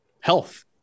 health